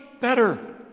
better